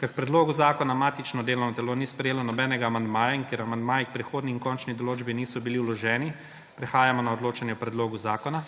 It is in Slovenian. Ker k predlogu zakona matično delovno telo ni sprejelo nobenega amandmaja in ker amandmaji k prehodni in končni določbi niso bili vloženi, prehajamo na odločanje o predlogu zakona.